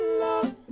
love